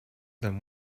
than